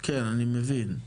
כן, אני מבין,